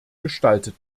gestaltet